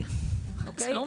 אי אפשר לאלץ רופאים.